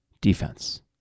defense